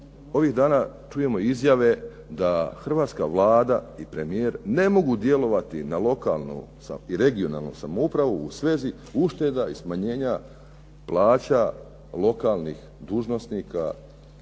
ovih dana čujemo izjave da hrvatska Vlada i premijer ne mogu djelovati na lokalnu i regionalnu samoupravu u svezi ušteda i smanjenja plaća lokalnih dužnosnika